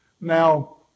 Now